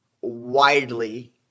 widely